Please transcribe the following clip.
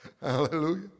Hallelujah